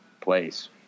place